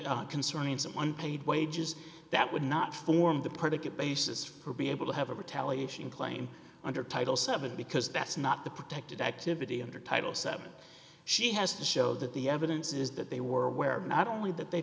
maybe concerning someone paid wages that would not form the predicate basis for be able to have a retaliation claim under title seven because that's not the protected activity under title seven she has to show that the evidence is that they were aware not only that they